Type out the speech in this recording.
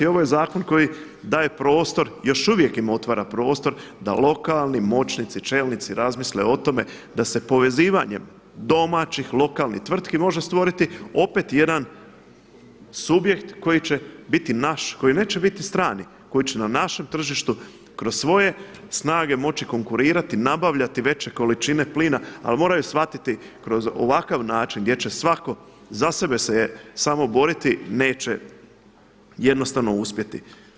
I ovo je zakon koji daje prostor, još uvijek im otvara prostor da lokalni moćnici, čelnici razmisle o tome da se povezivanjem domaćih, lokalnih tvrtki može stvoriti opet jedan subjekt koji će biti naš, koji neće biti strani, koji će na našem tržištu kroz svoje snage moći konkurirati, nabavljati veće količine plina, ali moraju shvatiti kroz ovakav način gdje će svatko za sebe se samo boriti neće jednostavno uspjeti.